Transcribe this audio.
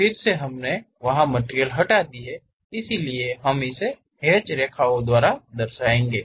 फिर से हमने वहां मटिरियल हटा दी है इसलिए हम इस हैच रेखाओं को व्हा दर्शाएँगे